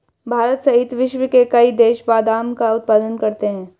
भारत सहित विश्व के कई देश बादाम का उत्पादन करते हैं